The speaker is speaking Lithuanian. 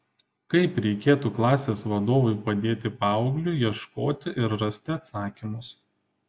kaip reikėtų klasės vadovui padėti paaugliui ieškoti ir rasti atsakymus